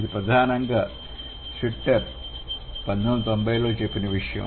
ఇది ప్రధానంగా స్విట్జర్ చెప్పినది